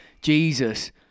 Jesus